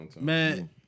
man